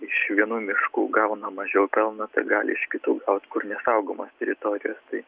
iš vienų miškų gauna mažiau pelno tai gali iš kitų gaut kur ne saugomos teritorijos tai